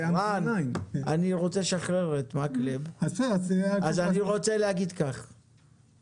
אני רוצה לשחרר את מקלב ולכן אני רוצה לומר שאנחנו